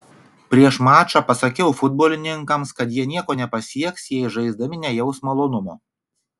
prieš mačą pasakiau futbolininkams kad jie nieko nepasieks jei žaisdami nejaus malonumo